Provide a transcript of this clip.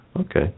Okay